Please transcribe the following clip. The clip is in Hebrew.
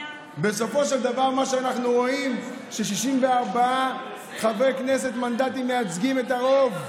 בסופו של דבר אנחנו רואים ש-64 מנדטים מייצגים את הרוב,